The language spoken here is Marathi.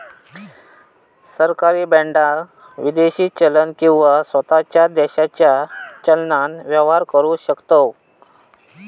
सरकारी बाँडाक विदेशी चलन किंवा स्वताच्या देशाच्या चलनान व्यवहार करु शकतव